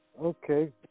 okay